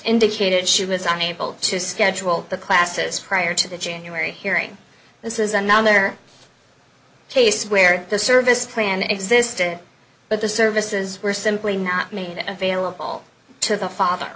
indicated she was unable to schedule the classes prior to the january hearing this is another case where the service plan existed but the services were simply not made available to the father